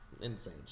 insane